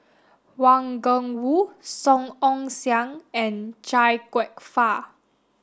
Wang Gungwu Song Ong Siang and Chia Kwek Fah